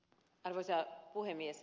arvoisa puhemies